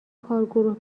کارگروه